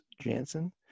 Jansen